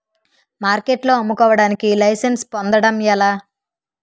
మార్కెట్లో అమ్ముకోడానికి లైసెన్స్ పొందడం ఎలా?